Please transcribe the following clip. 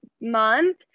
month